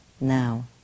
now